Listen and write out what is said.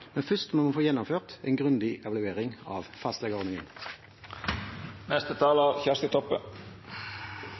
Men først må vi få gjennomført en grundig evaluering av fastlegeordningen.